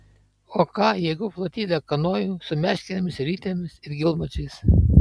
o ką jeigu flotilę kanojų su meškerėmis ir ritėmis ir gylmačiais